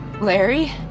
Larry